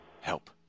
help